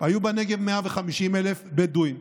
150,000 בדואים,